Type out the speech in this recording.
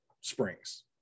springs